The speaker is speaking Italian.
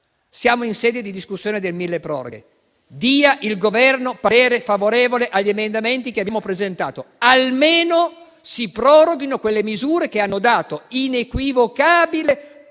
siamo in sede di discussione del milleproroghe: dia il Governo parere favorevole agli emendamenti che abbiamo presentato, o almeno si proroghino quelle misure che hanno dato inequivocabile